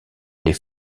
les